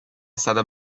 stata